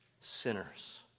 sinners